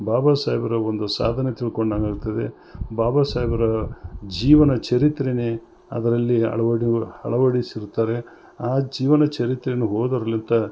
ಬಾಬಾ ಸಾಹೇಬ್ರ ಒಂದು ಸಾಧನೆ ತಿಳ್ಕೊಂಡಂಗೆ ಆಗ್ತದೆ ಬಾಬಾ ಸಾಹೇಬ್ರ ಜೀವನ ಚರಿತ್ರೆನೇ ಅದರಲ್ಲಿ ಅಳವಡಿ ಅಳವಡಿಸಿರುತ್ತಾರೆ ಆ ಜೀವನ ಚರಿತ್ರೆಯನ್ನು ಓದೋರ್ಲಿತ್ತ